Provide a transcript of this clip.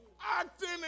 acting